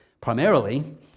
primarily